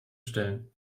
stellen